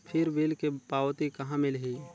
फिर बिल के पावती कहा मिलही?